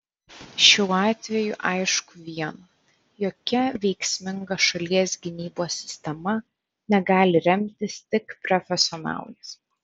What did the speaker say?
šiuo atveju aišku viena jokia veiksminga šalies gynybos sistema negali remtis tik profesionalais